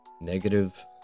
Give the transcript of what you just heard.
negative